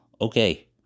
Okay